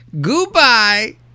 Goodbye